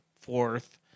fourth